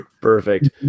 Perfect